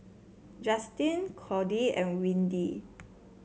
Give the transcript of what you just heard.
Justin Cordie and Windy